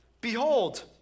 Behold